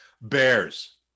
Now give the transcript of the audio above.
Bears